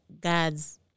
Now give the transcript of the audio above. God's